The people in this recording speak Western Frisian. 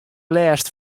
lêst